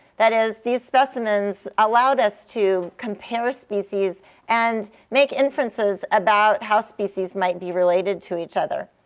that is, these specimens allowed us to compare species and make inferences about how species might be related to each other.